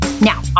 Now